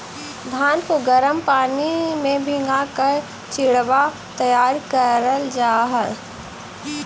धान को गर्म पानी में भीगा कर चिड़वा तैयार करल जा हई